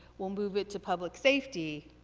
we'll move it to public safety